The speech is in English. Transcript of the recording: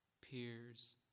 peers